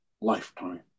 lifetime